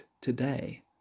today